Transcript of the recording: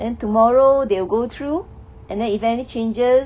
then tomorrow they will go through and then if any changes